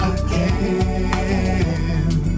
again